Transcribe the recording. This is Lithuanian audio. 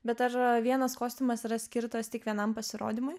bet ar vienas kostiumas yra skirtas tik vienam pasirodymui